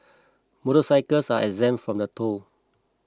motorcycles are exempt from the toll